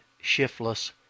shiftless